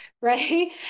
right